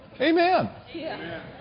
Amen